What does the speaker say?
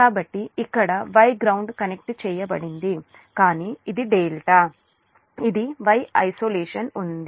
కాబట్టి ఇక్కడ Y ground connect చేయబడింది కానీ ఇది డెల్టా ఇది Y ఐసోలేషన్ ఉంది